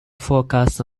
focus